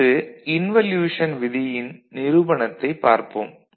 அடுத்து இன்வொல்யூசன் விதியின் நிரூபணத்தைப் பார்ப்போம்